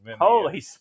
Holy